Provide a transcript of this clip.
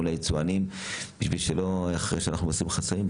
מול הייצואנים בשביל שלא אחרי שאנחנו מסירים חסמים,